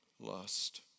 lust